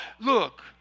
Look